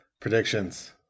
Predictions